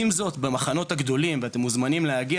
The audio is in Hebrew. עם זאת במחנות הגדולים ואתם מוזמנים להגיע